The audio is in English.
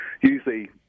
Usually